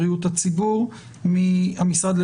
ראיתי אתמול עם בני את משחק הכדורגל,